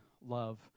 love